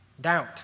doubt